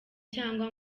cyangwa